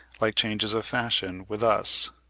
like changes of fashion with us.